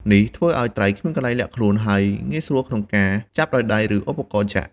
នេះធ្វើឲ្យត្រីគ្មានកន្លែងលាក់ខ្លួន ហើយងាយស្រួលក្នុងការចាប់ដោយដៃ ឬឧបករណ៍ចាក់។